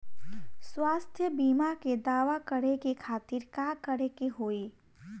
स्वास्थ्य बीमा के दावा करे के खातिर का करे के होई?